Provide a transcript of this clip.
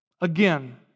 Again